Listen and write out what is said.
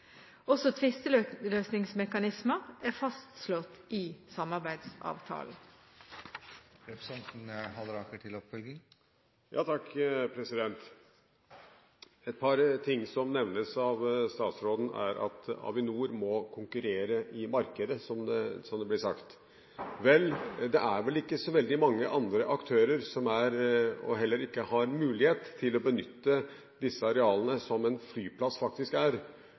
fastslått i samarbeidsavtalen. Statsråden nevner at Avinor «må konkurrere i markedet», som det ble sagt. Vel, det er vel heller ikke så veldig mange andre aktører som har mulighet til å benytte arealene som en flyplass faktisk består av. I Norge har vi organisert oss slik at det er